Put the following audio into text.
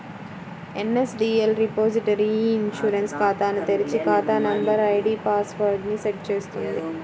NSDL repository e insurance ఖాతాను తెరిచి, ఖాతా నంబర్, ఐడీ పాస్ వర్డ్ ని సెట్ చేస్తుంది